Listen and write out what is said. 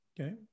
Okay